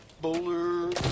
bowler